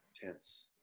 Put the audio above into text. tense